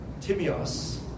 timios